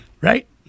Right